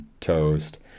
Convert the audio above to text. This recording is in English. toast